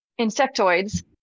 insectoids